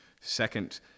Second